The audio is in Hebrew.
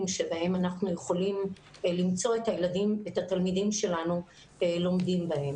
בהם אנחנו יכולים למצוא את התלמידים שלנו לומדים בהם.